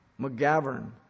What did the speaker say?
McGavern